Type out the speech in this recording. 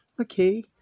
Okay